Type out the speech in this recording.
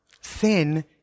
Sin